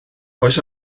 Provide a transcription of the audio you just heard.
oes